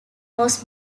was